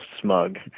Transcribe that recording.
smug